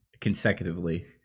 Consecutively